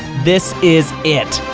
this is it!